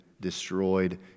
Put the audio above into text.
destroyed